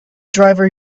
driver